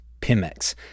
Pimex